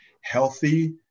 healthy